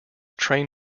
train